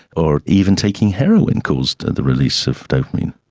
or even taking heroin caused the release of dopamine.